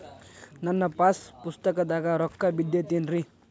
ನನ್ನ ಪಾಸ್ ಪುಸ್ತಕದಾಗ ರೊಕ್ಕ ಬಿದ್ದೈತೇನ್ರಿ?